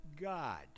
God